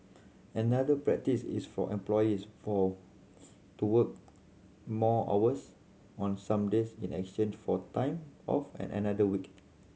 another practice is for employees for to work more hours on some days in exchange for time off on another week